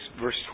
verse